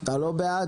אתה לא בעד?